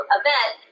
event